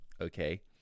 okay